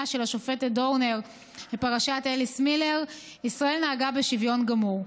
של השופטת דורנר בפרשת אליס מילר ישראל נהגה בשוויון גמור.